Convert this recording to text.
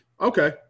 Okay